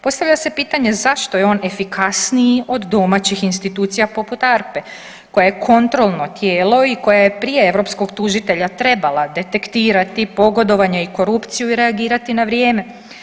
Postavlja se pitanje zašto je on efikasniji od domaćih institucija poput ARP-e koja je kontrolno tijelo i koja je prije europskog tužitelja trebala detektirati pogodovanje i korupciju i reagirati na vrijeme.